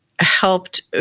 helped